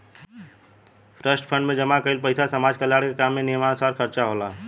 trust fund में जमा कईल पइसा समाज कल्याण के काम में नियमानुसार खर्चा होला